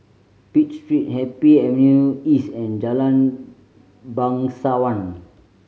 Pitt Street Happy Avenue East and Jalan Bangsawan